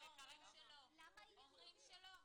לא, אומרים שלא.